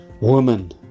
woman